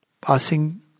passing